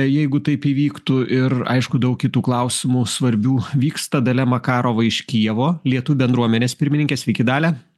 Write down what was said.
jeigu taip įvyktų ir aišku daug kitų klausimų svarbių vyksta dalia makarova iš kijevo lietuvių bendruomenės pirmininkė sveiki dalia